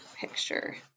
picture